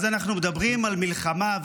אז אנחנו מדברים על מלחמה,